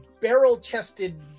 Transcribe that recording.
barrel-chested